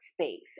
space